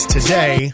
Today